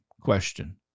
question